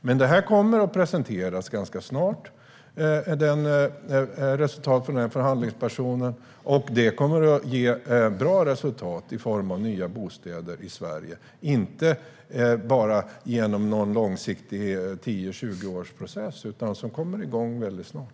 Resultatet kommer att presenteras ganska snart av den här förhandlingspersonen. Det kommer att ge bra resultat i form av nya bostäder i Sverige, inte bara genom någon långsiktig process på 10 eller 20 år, utan genom en process som kommer igång mycket snart.